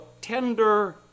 tender